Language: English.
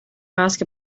ask